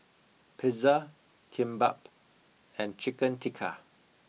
pizza kimbap and chicken tikka